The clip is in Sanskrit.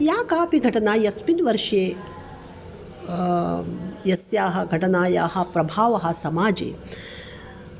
या कापि घटना यस्मिन् वर्षे यस्याः घटनायाः प्रभावः समाजे